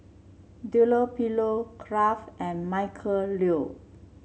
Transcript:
Dunlopillo Kraft and Michael Trio